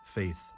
Faith